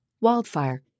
wildfire